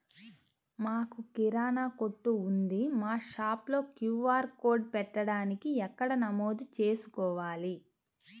మాకు కిరాణా కొట్టు ఉంది మా షాప్లో క్యూ.ఆర్ కోడ్ పెట్టడానికి ఎక్కడ నమోదు చేసుకోవాలీ?